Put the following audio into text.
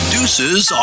Deuces